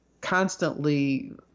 constantly